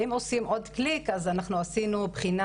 אם עושים עוד קליק אז אנחנו עשינו בחינה